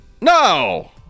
no